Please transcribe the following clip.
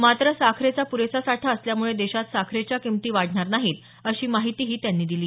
मात्र साखरेचा पुरेसा साठा असल्याम्ळे देशात साखरेच्या किमती वाढणार नाहीत अशी माहितीही त्यांनी दिली